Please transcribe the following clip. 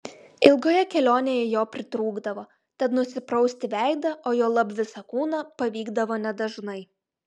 ilgoje kelionėje jo pritrūkdavo tad nusiprausti veidą o juolab visą kūną pavykdavo nedažnai